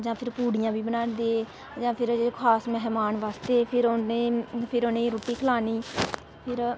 जां फिर पूड़ियां बी बनांदे जां फिर खास मेह्मान बास्तै फिर उ'नेंगी फिर उ'नेंगी रुट्टी खलानी फिर